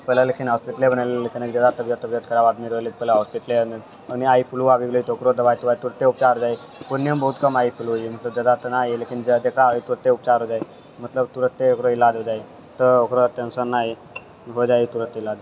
पहले लेकिन होस्पिटले बनेलै एहि नहि तबियत ओबियत खराब आदमीके रहलै पहिले हस्पिटले एलै एने आइ फ्लू आबि गेलै तऽ ओकरो दवाइ तवाइ तुरते उपचार रहै पूर्णियाँमे बहुत कम आइ फ्लू रहै तऽ जादा तऽ नहि है लेकिन जेकरा है ओकरा तुरते उपचार होइ जाइए मतलब तुरते ओकर इलाज हो जाइए तऽ ओकरा टेन्शन नहि है हो जाइए तुरत इलाज